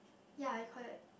ya I call it